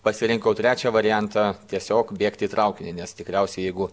pasirinkau trečią variantą tiesiog bėgti į traukinį nes tikriausiai jeigu